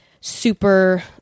super